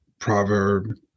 proverb